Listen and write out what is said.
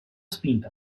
spinta